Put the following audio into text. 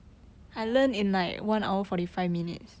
ya